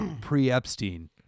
Pre-Epstein